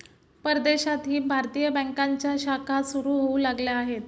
परदेशातही भारतीय बँकांच्या शाखा सुरू होऊ लागल्या आहेत